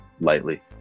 lightly